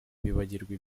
bibagirwa